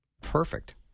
perfect